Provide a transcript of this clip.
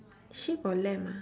sheep or lamb ah